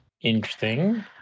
Interesting